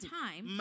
time